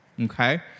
Okay